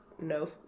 no